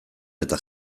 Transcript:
eta